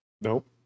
Nope